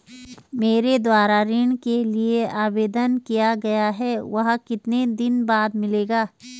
मेरे द्वारा ऋण के लिए आवेदन किया गया है वह कितने दिन बाद मिलेगा?